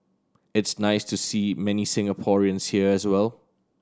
it's nice to see many Singaporeans here as well